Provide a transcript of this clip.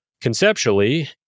conceptually